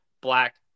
black